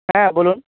হ্যাঁ বলুন